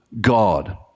God